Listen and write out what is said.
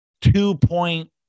two-point